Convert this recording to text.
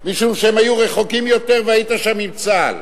משום שהם היו רחוקים יותר והיית שם עם צה"ל.